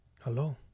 hello